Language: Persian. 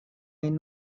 این